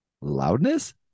Loudness